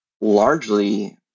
largely